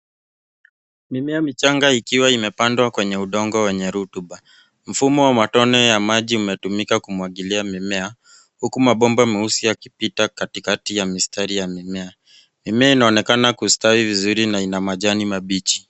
Mimea michanga ikiwa imepandwa kwenye udongo wenye rutuba. Mfumo wa matone ya maji umetumika kumwagilia mimea huku mabomba meusi yakipita katikati ya mistari ya mimea. Mimea inaonekana kustawi vizuri na ina majani mabichi.